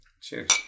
Cheers